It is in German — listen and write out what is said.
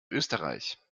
österreich